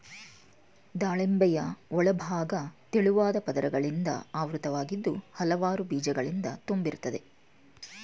ದಾಳಿಂಬೆಯ ಒಳಭಾಗ ತೆಳುವಾದ ಪದರಗಳಿಂದ ಆವೃತವಾಗಿದ್ದು ಹಲವಾರು ಬೀಜಗಳಿಂದ ತುಂಬಿರ್ತದೆ